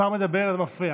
השר מדבר וזה מפריע.